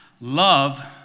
Love